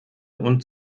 und